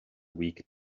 weak